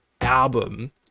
album